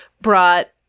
brought